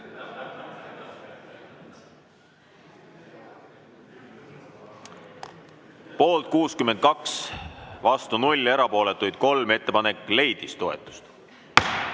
Poolt 62, vastu 0 ja erapooletuid 3. Ettepanek leidis toetust.13.